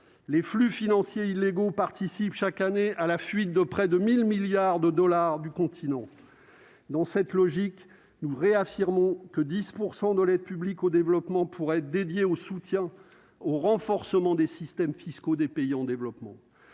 les flux financiers illégaux participent chaque année à la fuite de près de 1000 milliards de dollars du continent dans cette logique, nous réaffirmons que 10 % de l'aide publique au développement pourrait être dédiée au soutien au renforcement des systèmes fiscaux des pays en développement,